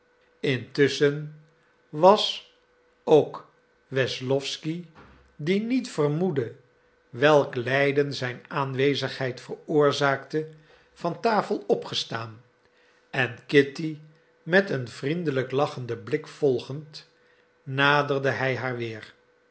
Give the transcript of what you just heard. intusschen was ook wesslowsky die niet vermoedde welk lijden zijn aanwezigheid veroorzaakte van tafel opgestaan en kitty met een vriendelijk lachenden blik volgend naderde hij haar weer